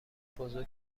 بزرگ